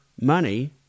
money